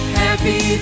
happy